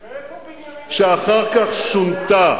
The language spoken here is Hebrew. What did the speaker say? ואיפה בנימין נתניהו, שאחר כך שונתה.